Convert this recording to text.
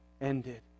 ended